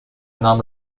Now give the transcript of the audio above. نام